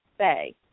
say